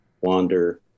wander